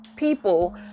people